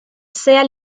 sea